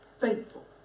faithful